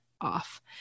off